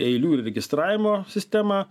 eilių ir registravimo sistemą